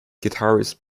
guitarist